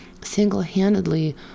single-handedly